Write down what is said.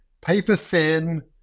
paper-thin